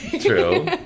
true